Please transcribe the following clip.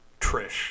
Trish